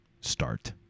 start